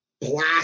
black